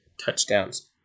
touchdowns